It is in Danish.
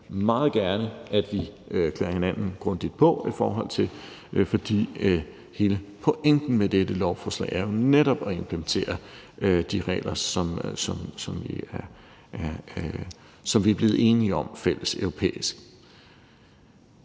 meget gerne at vi klæder hinanden grundigt på i forhold til, for hele pointen med dette lovforslag er jo netop at implementere de regler, som vi er blevet enige om fælleseuropæisk.